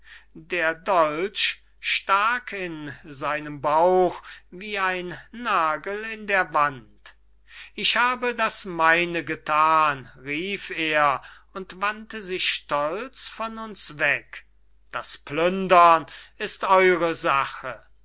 der dolch stak in seinem bauch wie ein pfahl in dem weinberg ich habe das meine gethan rief er und wandte sich stolz von uns weg das plündern ist eure sache